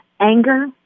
Anger